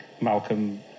Malcolm